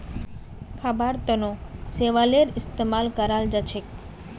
खाबार तनों शैवालेर इस्तेमाल कराल जाछेक